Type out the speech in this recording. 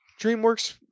DreamWorks